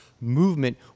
movement